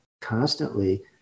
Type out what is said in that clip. constantly